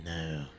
No